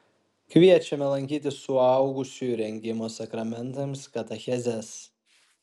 kviečiame lankyti suaugusiųjų rengimo sakramentams katechezes